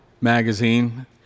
magazine